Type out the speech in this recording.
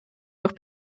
doch